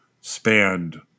spanned